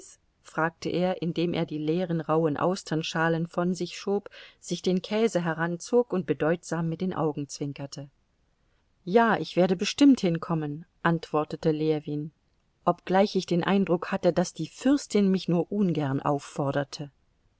fragte er indem er die leeren rauhen austernschalen von sich schob sich den käse heranzog und bedeutsam mit den augen zwinkerte ja ich werde bestimmt hinkommen antwortete ljewin obgleich ich den eindruck hatte daß die fürstin mich nur ungern aufforderte